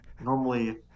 Normally